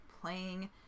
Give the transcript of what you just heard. playing